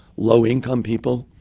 low income people,